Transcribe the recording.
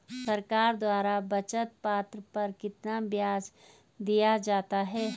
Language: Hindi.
सरकार द्वारा बचत पत्र पर कितना ब्याज दिया जाता है?